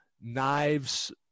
Knives